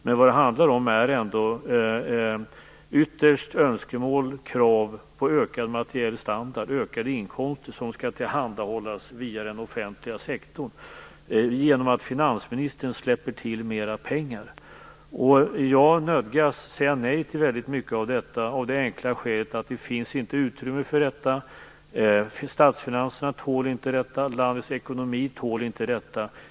Men vad det handlar om är ändå ytterst önskemål och krav på ökad materiell standard och ökade inkomster som skall tillhandahållas via den offentliga sektorn genom att finansministern släpper till mer pengar. Jag nödgas säga nej till väldigt mycket av detta av det enkla skälet att det inte finns utrymme för detta. Statsfinanserna tål inte detta, och landets ekonomi tål inte detta.